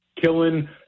killing